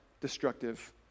destructive